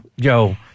Joe